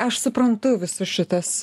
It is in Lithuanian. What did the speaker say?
aš suprantu visus šitas